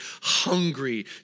hungry